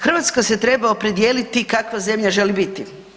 Hrvatska se treba opredijeliti kakva zemlja želi biti.